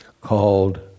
called